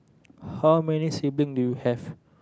how many sibling do you have